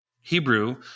hebrew